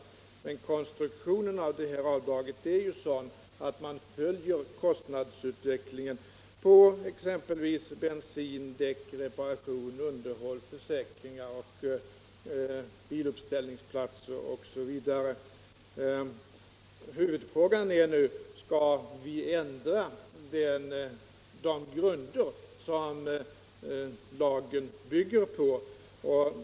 Men avdragets konstruktion är sådant att man följer kostnadsutvecklingen på bensin, däck, reparationer, underhåll, försäkringar, biluppställningsplatser osv. Huvudfrågan är nu: Skall vi ändra de grunder som lagen bygger på?